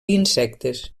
insectes